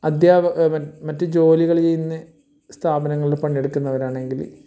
അദ്ധ്യാപകൻ മറ്റ് ജോലികൾ ചെയ്യുന്ന സ്ഥാപനങ്ങളിൽ പങ്കെടുക്കുന്നവരാണെങ്കിൽ